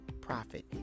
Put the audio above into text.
profit